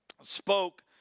spoke